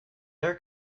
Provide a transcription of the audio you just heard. air